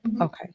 okay